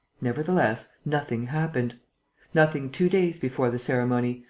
nevertheless, nothing happened nothing two days before the ceremony,